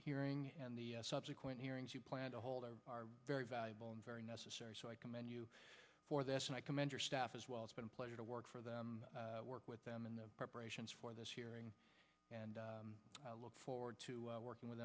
hearing and the subsequent hearings you plan to hold are very valuable and very necessary so i commend you for this and i commend your staff as well it's been pleasure to work for them work with them in the preparations for this hearing and i look forward to working with